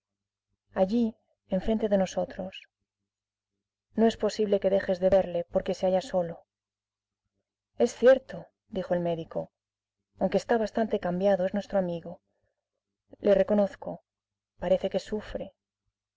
manuel allí enfrente de nosotros no es posible que dejes de verle porque se halla solo es cierto dijo el médico aunque está bastante cambiado es nuestro amigo le reconozco parece que sufre